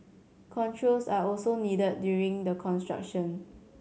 controls are also needed during the construction